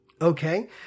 okay